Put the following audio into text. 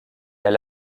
elle